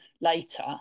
later